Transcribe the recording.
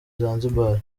zanzibar